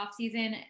offseason